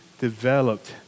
developed